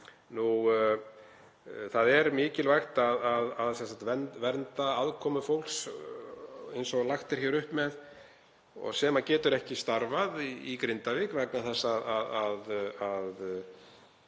Það er mikilvægt að vernda afkomu fólks, eins og lagt er upp með, sem getur ekki starfað í Grindavík vegna þess að